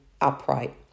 upright